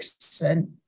person